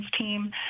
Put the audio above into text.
team